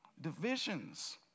Divisions